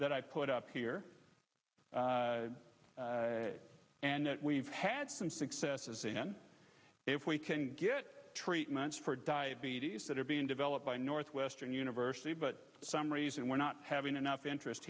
that i put up here and that we've had some successes in if we can get treatments for diabetes that are being developed by northwestern university but for some reason we're not having enough interest